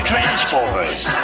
Transformers